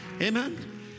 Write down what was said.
Amen